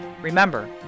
Remember